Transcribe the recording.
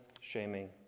shaming